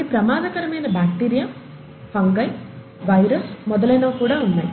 కొన్ని ప్రమాదకరమైన bacteria fungi virus మొదలైనవి కూడా ఉన్నాయి